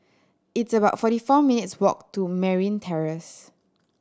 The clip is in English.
it's about forty four minutes' walk to Merryn Terrace